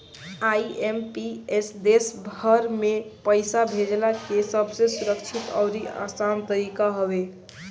IMPS देस भर में पईसा भेजला के सबसे सुरक्षित अउरी आसान तरीका हवे